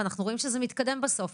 ואנחנו רואים שזה מתקדם בסוף.